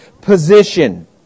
position